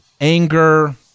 anger